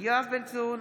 יואב בן צור,